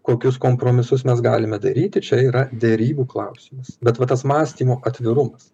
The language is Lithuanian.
kokius kompromisus mes galime daryti čia yra derybų klausimas bet va tas mąstymo atvirumas